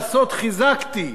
חיזקנו את המדינה,